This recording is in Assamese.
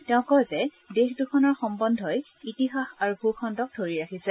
তেওঁ কয় যে দেশ দুখনৰ সম্বন্ধই ইতিহাস আৰু ভূখণ্ডক ধৰি ৰাখিছে